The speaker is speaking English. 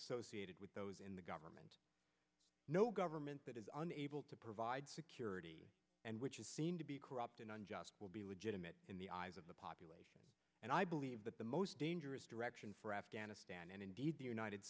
associated with those in the government no government that is unable to provide security and which is seen to be corrupt and unjust will be legitimate in the eyes of the population and i believe that the most dangerous direction for afghanistan and indeed the united